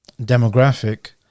demographic